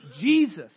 Jesus